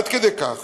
עד כדי כך